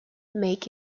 make